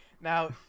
Now